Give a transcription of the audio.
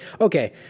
okay